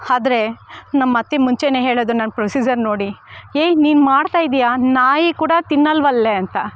ಆದ್ರೆ ನಮ್ಮತ್ತೆ ಮುಂಚೆಯೇ ಹೇಳಿದ್ರು ನನ್ನ ಪ್ರೊಸಿಜರ್ ನೋಡಿ ಏಯ್ ನೀನು ಮಾಡ್ತಾ ಇದೀಯಾ ನಾಯಿ ಕೂಡಾ ತಿನ್ನೋಲ್ವಲ್ಲೇ ಅಂತ